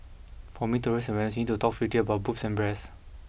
for me to raise awareness you need to talk freely about boobs and breasts